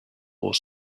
more